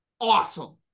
Awesome